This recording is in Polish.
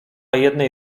jednej